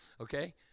okay